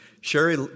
Sherry